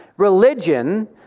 Religion